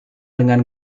dengan